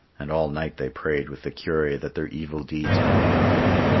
and all night they prayed with the cure that their evil deeds might be forgiven.